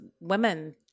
women